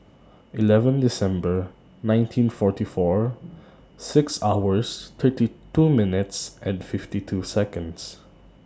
eleven December nineteen forty four six hours twenty two minutes fifty two Seconds